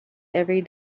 every